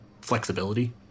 flexibility